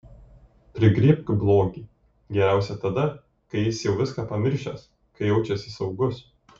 prigriebk blogį geriausia tada kai jis jau viską pamiršęs kai jaučiasi saugus